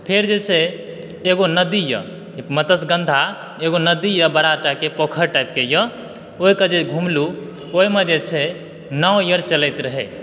फेर जे छै एगो नदी यऽ मत्स्यगंधा एगो नदी यऽ बड़ा टाके पोखैर यऽ ओतय जे घूमलूँ ओहिमे जे छै नाव अर चलैत रहै